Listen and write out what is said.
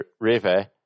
River